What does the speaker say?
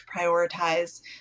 prioritize